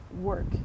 work